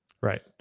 Right